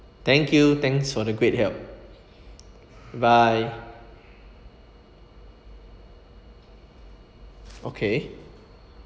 thank you thanks for the great help bye okay